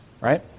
right